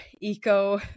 eco